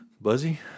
Buzzy